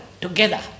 together